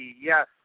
Yes